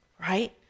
right